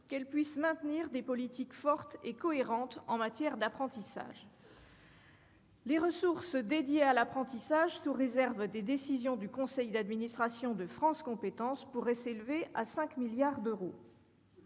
qu'elles puissent ainsi maintenir des politiques fortes et cohérentes en matière d'apprentissage. Les ressources dédiées à l'apprentissage, sous réserve des décisions du conseil d'administration de France compétences, pourraient s'élever à 5 milliards d'euros.